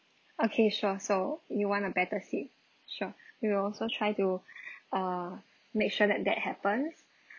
okay sure so you want a better seat sure you will also try to uh make sure that that happens